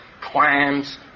clams